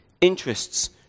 interests